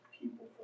people